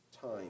time